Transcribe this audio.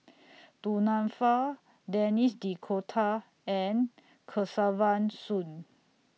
Du Nanfa Denis D'Cotta and Kesavan Soon